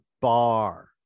bar